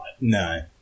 No